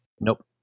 Nope